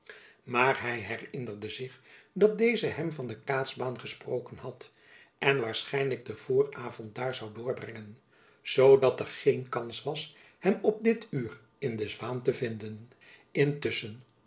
maar hy herinnerde zich dat deze hem van de kaatsbaan gesproken had en waarschijnlijk den vooravond daar jacob van lennep elizabeth musch zoû doorbrengen zoo dat er geen kans was hem op dit uur in de zwaen te vinden